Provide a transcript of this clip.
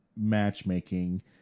matchmaking